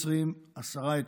ב-2020, עשרה היתרים,